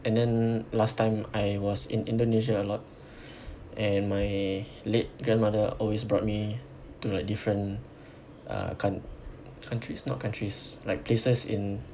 and then last time I was in Indonesia a lot and my late grandmother always brought me to like different uh coun~ countries not countries like places in